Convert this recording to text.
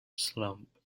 slump